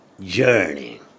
journey